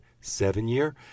seven-year